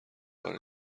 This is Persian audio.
کار